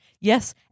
Yes